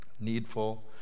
needful